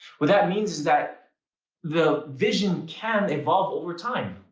what that means is that the vision can evolve over time.